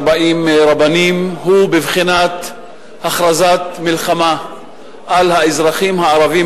רבנים, הוא בבחינת הכרזת מלחמה על האזרחים הערבים